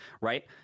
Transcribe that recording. right